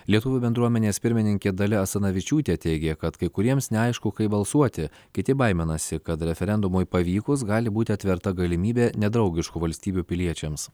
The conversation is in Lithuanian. lietuvių bendruomenės pirmininkė dalia asanavičiūtė teigia kad kai kuriems neaišku kaip balsuoti kiti baiminasi kad referendumui pavykus gali būti atverta galimybė nedraugiškų valstybių piliečiams